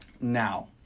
now